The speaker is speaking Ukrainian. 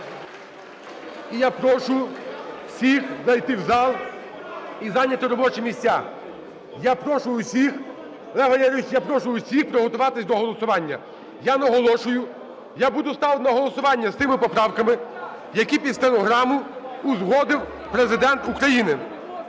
я прошу всіх зайти в зал і зайняти робочі місця. Я прошу всіх, Олег Валерійович, я прошу всіх приготуватись до голосування. Я наголошую, я буду ставити на голосування з тими поправками, які під стенограму узгодив Президент України.